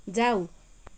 जाऊ